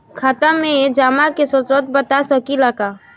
खाता में जमा के स्रोत बता सकी ला का?